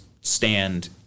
stand